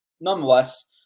nonetheless